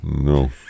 No